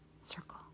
circle